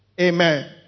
Amen